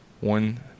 one